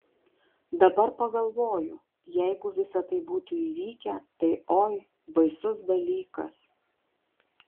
dabar pagalvoju jeigu visa tai būtų įvykę tai oi baisus dalykas